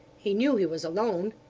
he knew he was alone.